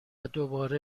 دوباره